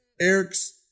Eric's